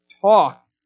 talk